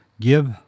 give